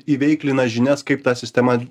įveiklina žinias kaip ta sistema